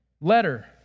letter